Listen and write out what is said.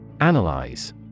Analyze